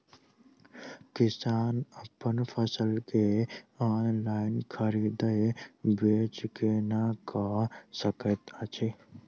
किसान अप्पन फसल केँ ऑनलाइन खरीदै बेच केना कऽ सकैत अछि?